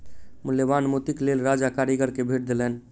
मूल्यवान मोतीक लेल राजा कारीगर के भेट देलैन